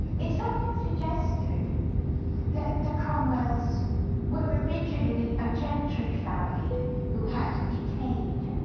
it's often suggested that the cromwells were originally a gentry family who had decayed,